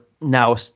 now